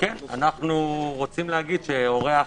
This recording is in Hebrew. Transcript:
אורח